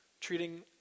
Treating